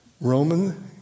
Roman